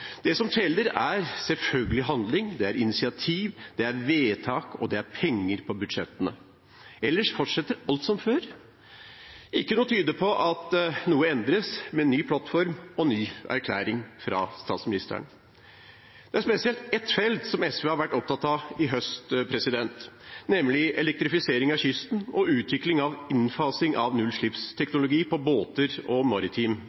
Det som teller, er selvfølgelig handling, det er initiativ, det er vedtak og det er penger på budsjettene. Ellers fortsetter alt som før. Ingenting tyder på at noe endres med ny plattform og ny erklæring fra statsministeren. Det er spesielt ett felt som SV har vært opptatt av i høst, nemlig elektrifisering av kysten og utvikling og innfasing av nullutslippsteknologi på båter og i maritim